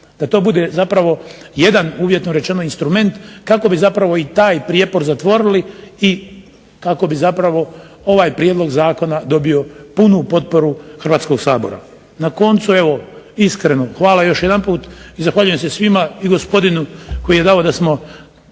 da to bude jedan uvjetno rečen o instrument kako bi i taj prijepor zatvorili i kako bi ovaj prijedlog zakona dobio punu potporu Hrvatskog sabora. Na koncu evo iskreno, hvala još jedanput i zahvaljujem se svima i Gospodinu koji je dao da smo